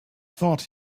thought